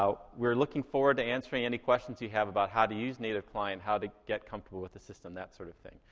we're looking forward to answering any questions you have about how to use native client, how to get comfortable with the system, that sort of thing.